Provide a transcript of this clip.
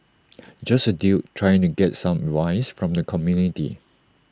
just A dude trying to get some advice from the community